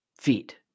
feet